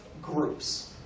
groups